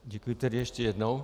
Děkuji tedy ještě jednou.